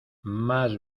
más